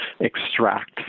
extract